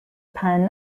pun